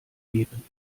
geben